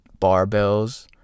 barbells